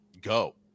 go